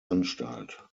anstalt